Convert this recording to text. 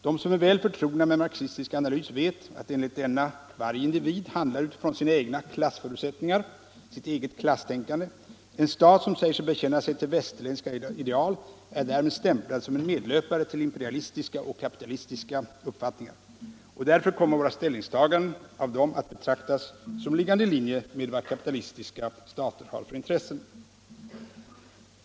De som är väl förtrogna med marxistisk analys vet att enligt denna varje individ handlar utifrån sina egna klassförutsättningar, sitt eget klasstänkande. En stat som säger att den bekänner sig till västerländska ideal är därmed stämplad som en medlöpare till imperialistiska och kapitalistiska uppfattningar. Och därför kommer våra ställningstaganden av marxistiska länder att betraktas som liggande i linje med vad kapitalistiska stater har för intressen.